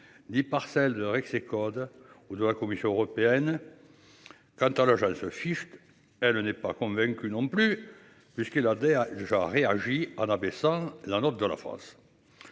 Ni par celle de Rexecode ou devant la Commission européenne. Quant à l'Fifth elle n'est pas convaincu non plus puisqu'elle a air j'aurais réagi en abaissant la note de la France.